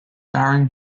bowring